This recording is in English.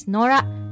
Nora